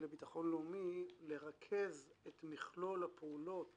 לביטחון לאומי לרכז את מכלול הפעולות